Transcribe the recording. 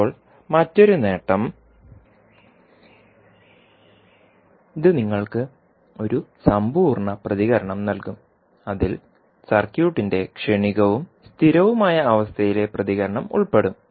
ഇപ്പോൾ മറ്റൊരു നേട്ടം ഇത് നിങ്ങൾക്ക് ഒരു സമ്പൂർണ്ണ പ്രതികരണം നൽകും അതിൽ സർക്യൂട്ടിന്റെ ക്ഷണികവും സ്ഥിരവുമായ അവസ്ഥയിലെ പ്രതികരണം ഉൾപ്പെടും